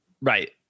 Right